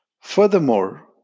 Furthermore